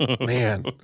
Man